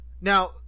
Now